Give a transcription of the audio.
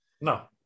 No